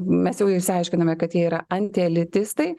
mes jau išsiaiškinome kad jie yra anti elitistai